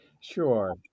Sure